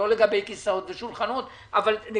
לא לגבי כסאות ושולחנות,